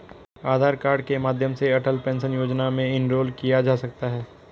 आधार card के माध्यम से अटल पेंशन योजना में इनरोल किया जा सकता है